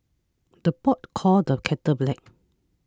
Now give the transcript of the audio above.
the pot calls the kettle black